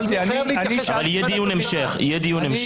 יהיה דיון המשך.